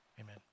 amen